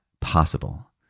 possible